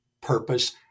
purpose